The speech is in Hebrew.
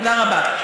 תודה רבה.